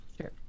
Sure